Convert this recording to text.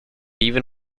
even